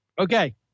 Okay